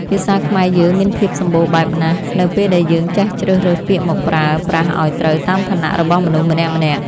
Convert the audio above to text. ភាសាខ្មែរយើងមានភាពសម្បូរបែបណាស់នៅពេលដែលយើងចេះជ្រើសរើសពាក្យមកប្រើប្រាស់ឱ្យត្រូវតាមឋានៈរបស់មនុស្សម្នាក់ៗ។